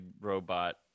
robot